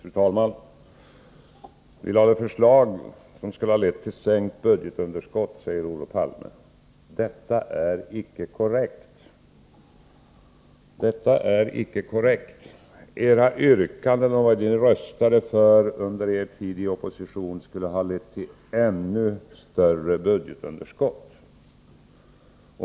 Fru talman! Vi socialdemokrater lade förslag som skulle ha lett till sänkt budgetunderskott, säger Olof Palme. Detta är icke korrekt! Era yrkanden och vad ni röstade för under er tid i opposition skulle ha lett till ännu större budgetunderskott.